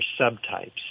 subtypes